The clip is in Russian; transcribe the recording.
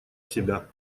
себя